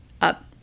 up